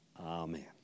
Amen